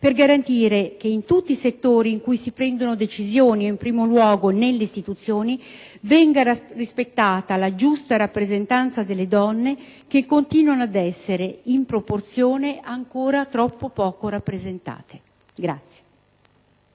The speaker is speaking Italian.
per garantire che in tutti i settori in cui si prendono decisioni, in primo luogo nelle istituzioni, venga rispettata la giusta rappresentanza delle donne, che continuano ad essere in proporzione ancora troppo poco rappresentate.